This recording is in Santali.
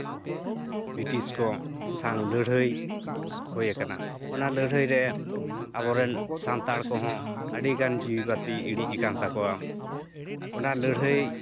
ᱵᱨᱤᱴᱤᱥ ᱠᱚ ᱥᱟᱶ ᱞᱟᱹᱲᱦᱟᱹᱭ ᱦᱳᱭᱟᱠᱟᱱᱟ ᱚᱱᱟ ᱞᱟᱹᱲᱦᱟᱹᱭ ᱨᱮ ᱟᱵᱚ ᱨᱮᱱ ᱥᱟᱱᱛᱟᱲ ᱠᱚᱦᱚᱸ ᱟᱹᱰᱤ ᱜᱟᱱ ᱡᱤᱣᱤ ᱵᱟᱹᱛᱤ ᱤᱬᱤᱡ ᱟᱠᱟᱱ ᱛᱟᱠᱚᱣᱟ ᱚᱱᱟ ᱞᱟᱹᱲᱦᱟᱹᱭ